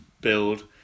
build